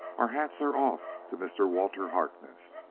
our hats are off to mr. walter harkness